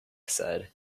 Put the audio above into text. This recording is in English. said